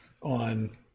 on